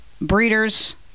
breeders